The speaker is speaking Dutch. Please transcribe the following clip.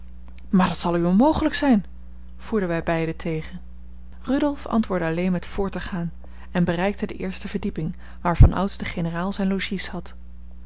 maar dat zal u onmogelijk zijn voerden wij beiden tegen rudolf antwoordde alleen met voort te gaan en bereikte de eerste verdieping waar van ouds de generaal zijn logis had